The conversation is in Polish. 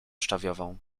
szczawiową